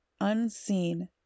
unseen